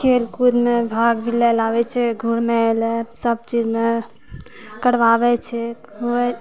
खेल कूदमे भाग भी लय लेल आबै छै घुमय लेल सभचीजमे करवाबै छै फेर